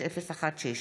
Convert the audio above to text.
5016,